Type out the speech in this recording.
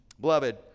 Beloved